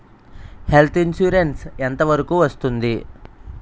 Health insurance ఎంత వరకు వస్తుంది?